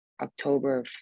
October